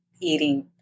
eating